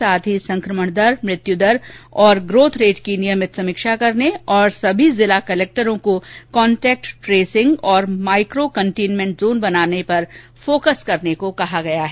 साथ ही संक्रमण दर मृत्यु दर और ग्रोथ रेट की नियमित समीक्षा करने और सभी जिला कलक्टरों को कॉन्टैक्ट ट्रेसिंग और माइक्रो कंटेनमेंट जोन बनाने पर फोकस करने को कहा है